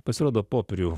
pasirodo popierių